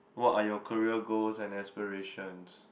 what are your career goals and aspirations